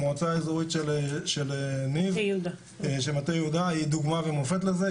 המועצה האזורית של מטה יהודה היא דוגמה ומופת לזה,